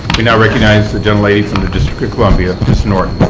we now recognize the gentlelady from the district of columbia, ms. norton,